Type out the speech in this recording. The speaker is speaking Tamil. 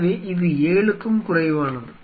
எனவே இது 7 க்கும் குறைவானது